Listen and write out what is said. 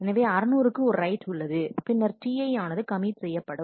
எனவே 600 க்கு ஒரு ரைட் உள்ளது பின்னர் Ti ஆனது கமிட் செய்யப்படும்